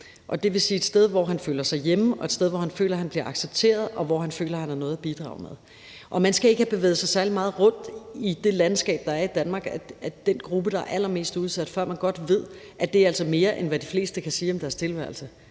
– dvs. et sted, hvor han føler sig hjemme, og et sted, hvor han føler at han bliver accepteret, og hvor han føler at han har noget at bidrage med. Man skal ikke have bevæget sig særlig meget rundt i det landskab, der er i Danmark, af den gruppe, der er allermest udsat, før man godt ved, at det altså er mere, end hvad de fleste kan sige om deres tilværelse